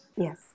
Yes